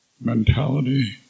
mentality